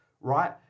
right